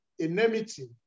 enmity